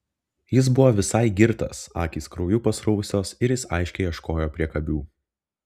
jis buvo visai girtas akys krauju pasruvusios ir jis aiškiai ieškojo priekabių